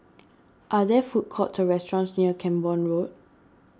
are there food courts or restaurants near Camborne Road